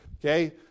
okay